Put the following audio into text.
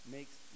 makes